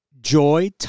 joy